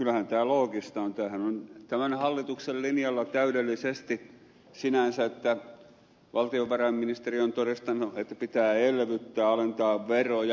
tämähän on tämän hallituksen linjalla täydellisesti sinänsä että valtiovarainministeriö on todistanut että pitää elvyttää alentaa veroja